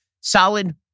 solid